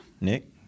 Nick